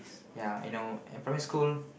ya you know at primary school